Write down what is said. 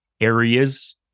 areas